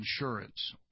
insurance